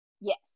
yes